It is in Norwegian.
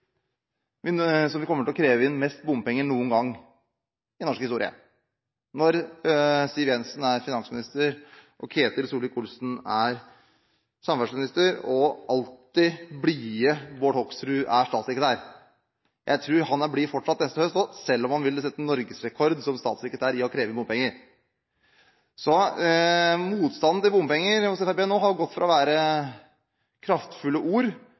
kommer til å kreve inn mest bompenger noen gang i norsk historie – når Siv Jensen er finansminister, Ketil Solvik-Olsen er samferdselsminister og alltid blide Bård Hoksrud er statssekretær. Jeg tror han fortsatt er blid neste høst, selv om han som statssekretær vil sette norgesrekord i å kreve inn bompenger. Motstanden mot bompenger hos Fremskrittspartiet har, når man har kommet i posisjon, gått fra å være kraftfulle ord